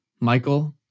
Michael